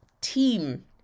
team